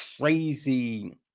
crazy